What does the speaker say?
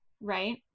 right